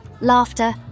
laughter